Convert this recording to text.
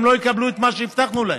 הם לא יקבלו את מה שהבטחנו להם.